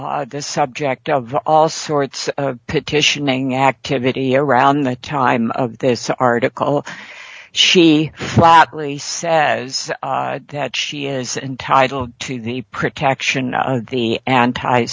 were the subject of all sorts of petitioning activity around the time of this article she flatly says that she is entitled to the protection of the anti